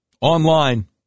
online